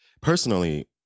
personally